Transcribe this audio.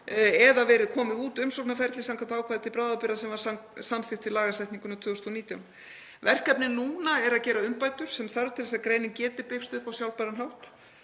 verið komið út samkvæmt ákvæði til bráðabirgða sem var samþykkt í lagasetningunni 2019. Verkefnið núna er að gera umbætur sem þarf til þess að greinin geti byggst upp á sjálfbæran hátt.